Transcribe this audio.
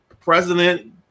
president